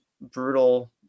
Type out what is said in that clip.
brutal